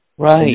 Right